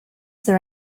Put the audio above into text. there